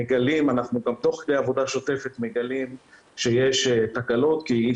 כדי עבודה שוטפת מגלים שיש תקלות כי אי